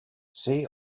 see